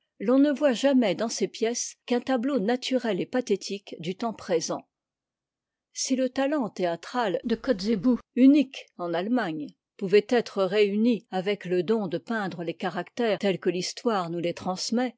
l'on ne voit jamais dans ces pièces qu'un tableau naturel et pathétique du temps présent si le talent théâtral de kotzebue unique en allemagne pouvait être réuni avec le don de peindre les caractères tels que l'histoire nous les transmet